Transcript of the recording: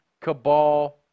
Cabal